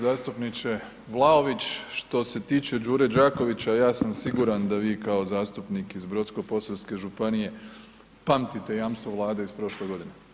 Zastupniče Vlaović što se tiče Đure Đakovića ja sam siguran da vi kao zastupnik iz Brodsko-posavske županije pamtite jamstvo Vlade iz prošle godine.